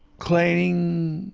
cleaning,